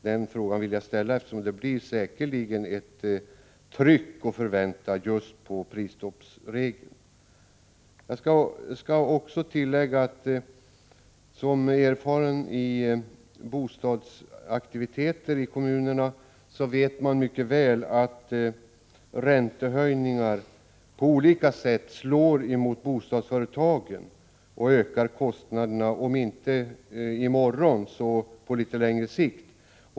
Den frågan vill jag ställa, eftersom det kommer att bli ett tryck av det här slaget när det gäller prisstoppet. Jag vill också tillägga att jag med erfarenhet av bostadsaktiviteter i kommunerna mycket väl vet att räntehöjningar på olika sätt slår emot bostadsföretagen och ökar kostnaderna, om inte direkt så på litet längre sikt.